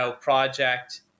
project